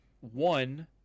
one